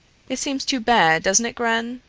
it seems too bad, doesn't it, gren?